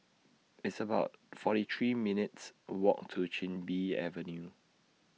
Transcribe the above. It's about forty three minutes' Walk to Chin Bee Avenue